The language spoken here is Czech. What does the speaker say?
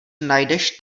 najdeš